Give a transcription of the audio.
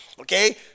okay